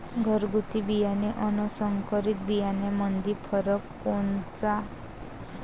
घरगुती बियाणे अन संकरीत बियाणामंदी फरक कोनचा?